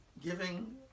giving